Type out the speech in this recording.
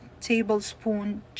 tablespoon